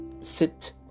sit